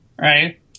right